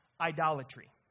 idolatry